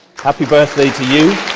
happy birthday to you.